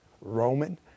roman